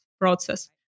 process